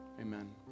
amen